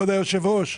היושב-ראש.